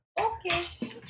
okay